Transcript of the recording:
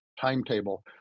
timetable